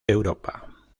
europa